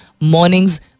mornings